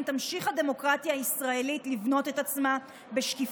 תמשיך הדמוקרטיה הישראלית לבנות את עצמה בשקיפות,